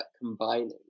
combining